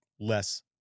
less